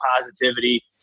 positivity